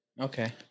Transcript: Okay